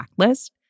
backlist